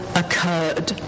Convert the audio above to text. occurred